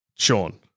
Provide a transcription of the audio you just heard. Sean